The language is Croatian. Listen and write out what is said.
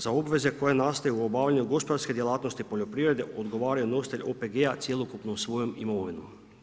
Za obveze koje nastaju u obavljanju gospodarske djelatnosti poljoprivrede odgovara nositelj OPG-a cjelokupnom svojom imovinom.